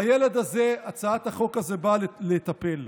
בילד הזה הצעת החוק הזו באה לטפל.